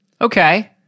Okay